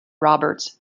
roberts